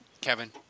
Kevin